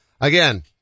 again